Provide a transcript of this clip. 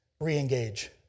re-engage